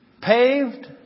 Paved